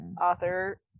author